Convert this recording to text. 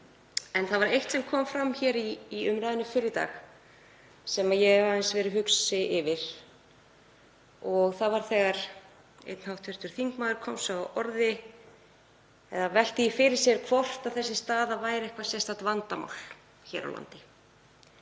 Það var eitt sem kom fram í umræðunni fyrr í dag sem ég hef aðeins verið hugsi yfir. Það var þegar einn hv. þingmaður komst svo að orði eða velti því fyrir sér hvort þessi staða væri eitthvert sérstakt vandamál hér á landi